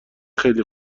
خیلی